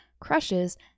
crushes